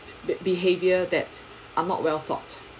the behavior that are not well thought